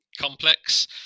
complex